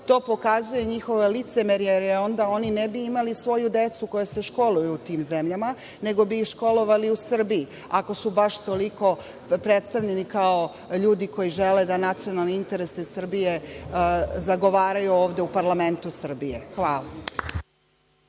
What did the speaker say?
To pokazuje njihovo licemerje, jer onda oni ne bi imali svoju decu koja se školuju u tim zemljama, nego bi ih školovali u Srbiji, ako su baš predstavljeni kao ljudi koji žele da nacionalne interese Srbije zagovaraju ovde u parlamentu Srbije. Hvala.